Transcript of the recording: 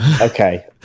okay